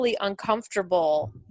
uncomfortable